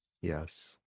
Yes